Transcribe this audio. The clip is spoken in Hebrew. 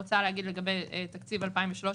אני רוצה להגיד לגבי תקציב 2014-2013,